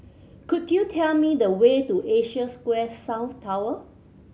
could you tell me the way to Asia Square South Tower